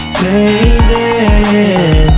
changing